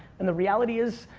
and the reality is,